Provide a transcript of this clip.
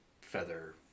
feather